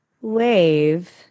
wave